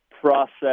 process